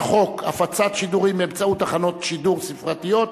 חוק הפצת שידורים באמצעות תחנות שידור ספרתיות,